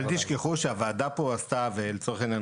אל תשכחו שהוועדה פה עשתה ולצורך העניין